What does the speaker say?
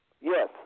Yes